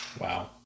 Wow